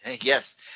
yes